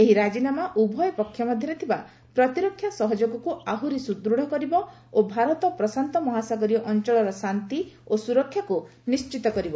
ଏହି ରାଜିନାମା ଉଭୟ ପକ୍ଷ ମଧ୍ୟରେ ଥିବା ପ୍ରତିରକ୍ଷା ସହଯୋଗକୁ ଆହୁରି ସୁଦୂଢ଼ କରିବ ଓ ଭାରତ ପ୍ରଶାନ୍ତ ମହାସାଗରୀୟ ଅଞ୍ଚଳର ଶାନ୍ତି ଓ ସ୍କରକ୍ଷାକୁ ନିଶ୍ଚିତ କରିବ